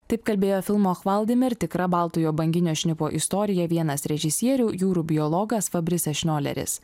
taip kalbėjo filmo hvaldimir tikra baltojo banginio šnipo istorija vienas režisierių jūrų biologas fabrisas šnioleris